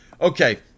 Okay